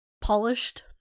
polished